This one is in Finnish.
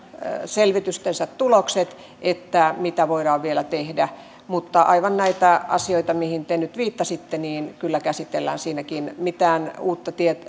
selvitystensä tulokset siitä mitä voidaan vielä tehdä mutta aivan näitä asioita mihin te nyt viittasitte kyllä käsitellään siinäkin mitään